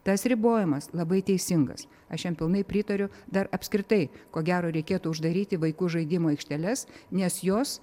tas ribojimas labai teisingas aš jam pilnai pritariu dar apskritai ko gero reikėtų uždaryti vaikų žaidimo aikšteles nes jos